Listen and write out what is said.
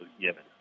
given